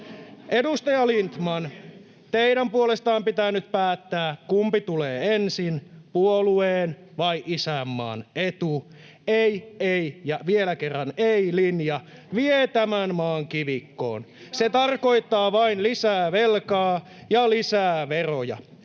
Edustaja Lindtman, teidän puolestaan pitää nyt päättää, kumpi tulee ensin: puolueen vai isänmaan etu. Ei, ei, ei ja vielä kerran ei -linja vie tämän maan kivikkoon. Se tarkoittaa vain lisää velkaa ja lisää veroja.